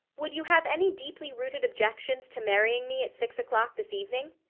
would you have any deeply rooted objections to marrying me at six o'clock this evening?